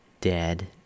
dead